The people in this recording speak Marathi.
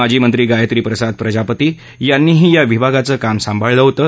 माजी मंत्री गायत्री प्रसाद प्रजापती यांनीही या विभागाचं काम सांभाळलं होतं